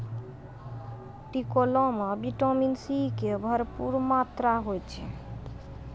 टिकोला मॅ vitamin C के भरपूर मात्रा होय छै